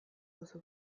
duzu